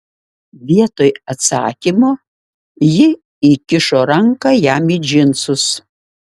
vietoj atsakymo ji įkišo ranką jam į džinsus